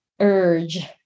urge